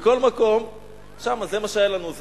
שם זה מה שהיה לנו,